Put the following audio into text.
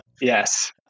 Yes